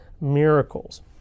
miracles